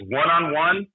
one-on-one